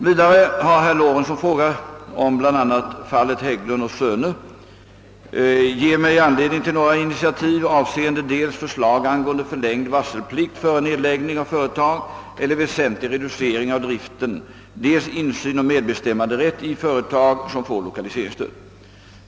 Vidare har herr Lorentzon frågat, om bl.a. fallet Hägglund & Söner ger mig anledning till några initiativ avseende dels förslag angående förlängd varselplikt före nedläggning av företag eller väsentlig resducering av driften, dels insyn och medbestämmanderätt i företag som får lokaliseringsstöd.